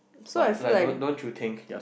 but like don't don't you think